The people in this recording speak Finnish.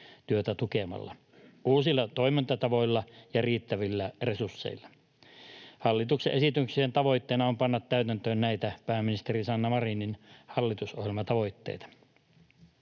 yhteistyötä tukemalla, uusilla toimintatavoilla ja riittävillä resursseilla. Hallituksen esityksen tavoitteena on panna täytäntöön näitä pääministeri Sanna Marinin hallitusohjelman tavoitteita.